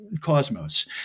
cosmos